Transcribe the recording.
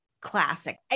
classic